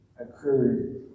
occurred